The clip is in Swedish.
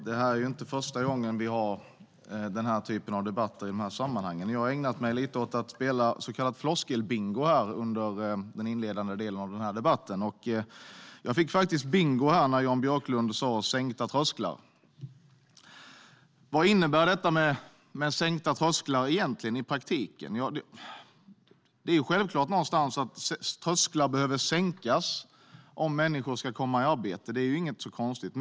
Herr talman! Det är inte första gången vi har den här typen av debatter i de här sammanhangen. Jag har ägnat mig lite åt att spela så kallad floskelbingo under den inledande delen av debatten, och jag fick faktiskt bingo när Jan Björklund talade om sänkta trösklar. Vad innebär egentligen sänkta trösklar i praktiken? Det är självklart att trösklar behöver sänkas om människor ska komma i arbete. Det är inget konstigt.